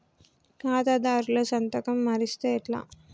ఖాతాదారుల సంతకం మరిస్తే ఎట్లా?